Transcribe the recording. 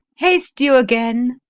haste you again.